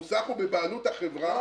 לא,